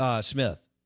Smith